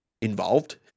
involved